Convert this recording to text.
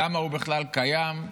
למה הוא בכלל קיים.